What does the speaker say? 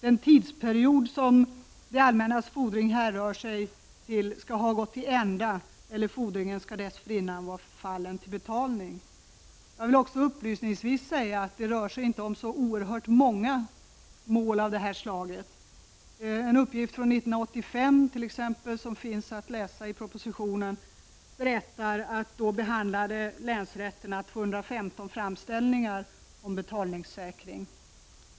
Den tidsperiod som det allmännas fordring hänrör sig till skall ha gått till ända, eller fordringen skall dessförinnan vara förfallen till betalning. Jag vill upplysningsvis säga att det inte rör sig om så oerhört många mål av detta slag. Enligt en uppgift från 1985, som finns i propositionen, behandlade länsrätterna då 215 framställningar om betalningssäkring.